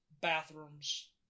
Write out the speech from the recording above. bathrooms